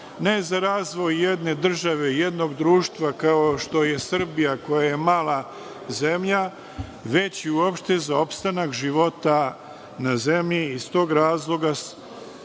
ne za razvoj jedne države i jednog društva, kao što je Srbija, koja je mala zemlja, već i, uopšte, za opstanak života na zemlji. Iz tog razloga